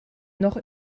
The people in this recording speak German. noch